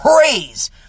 praise